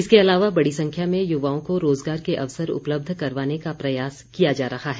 इसके अलावा बड़ी संख्या में युवाओं को रोज़गार के अवसर उपलब्ध करवाने का प्रयास किया जा रहा है